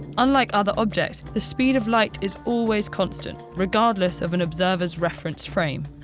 unlike other objects, the speed of light is always constant regardless of an observer's reference frame.